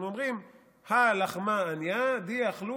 אנחנו אומרים "הא לחמא עניא די אכלו